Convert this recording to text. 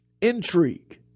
Intrigue